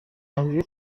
قضیه